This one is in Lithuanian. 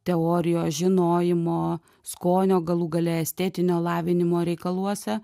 teorijos žinojimo skonio galų gale estetinio lavinimo reikaluose